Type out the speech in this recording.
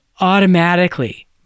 automatically